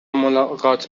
ملاقات